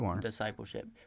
discipleship